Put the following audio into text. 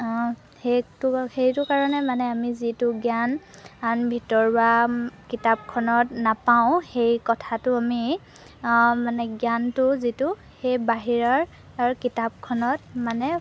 সেইটো সেইটো কাৰণে মানে আমি যিটো জ্ঞান আন ভিতৰুৱা কিতাপখনত নাপাওঁ সেই কথাটো আমি মানে জ্ঞানটো যিটো সেই বাহিৰৰ কিতাপখনত মানে